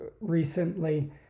recently